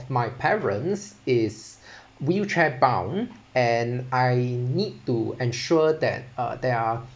my parents is wheelchair bound and I need to ensure that uh they are